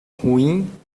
ruim